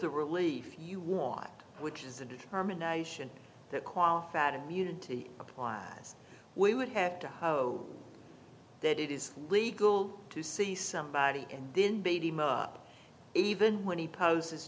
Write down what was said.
the relief you walk which is a determination that qualified immunity applies we would have to hope that it is legal to see somebody and then baby up even when he pose